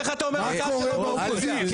מה קורה באופוזיציה?